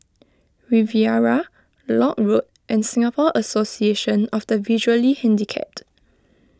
Riviera Lock Road and Singapore Association of the Visually Handicapped